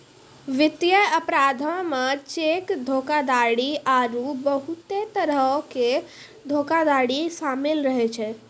वित्तीय अपराधो मे चेक धोखाधड़ी आरु बहुते तरहो के धोखाधड़ी शामिल रहै छै